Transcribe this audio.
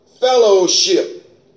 Fellowship